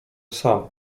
sam